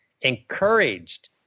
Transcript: encouraged